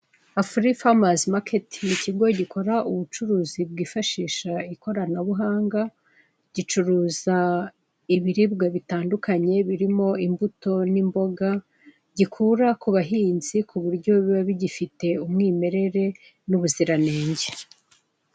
Afurifamazi maketi ni ikigo gikora ubucuruzi bwifashisha ikoranabuhanga, gicuruza ibiribwa bitandukanye, birimo imbuto n'imbiga, gikura ku bahinzi, ku buryo biba bigifite umwimerere n'ubuziranenge.